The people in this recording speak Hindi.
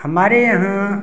हमारे यहाँ